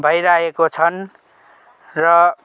भइरहेको छन् र